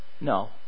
No